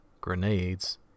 grenades